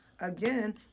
again